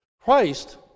Christ